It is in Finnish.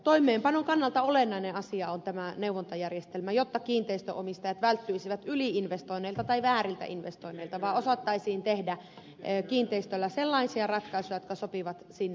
toimeenpanon kannalta olennainen asia on tämä neuvontajärjestelmä jotta kiinteistönomistajat välttyisivät yli investoinneilta tai vääriltä investoinneilta ja osattaisiin tehdä kiinteistöllä sellaisia ratkaisuja jotka sopivat sinne